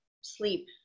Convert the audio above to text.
sleep